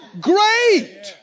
Great